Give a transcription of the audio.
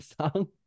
song